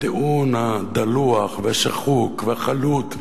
הטיעון הדלוח והשחוק והחלוט,